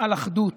על אחדות,